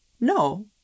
No